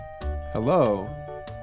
Hello